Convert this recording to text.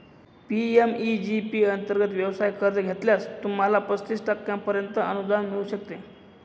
PMEG P अंतर्गत व्यवसाय कर्ज घेतल्यास, तुम्हाला पस्तीस टक्क्यांपर्यंत अनुदान मिळू शकते